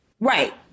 Right